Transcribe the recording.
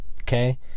okay